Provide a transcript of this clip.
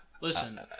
Listen